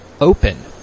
open